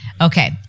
Okay